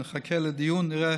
נחכה לדיון, נראה